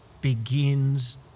begins